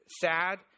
sad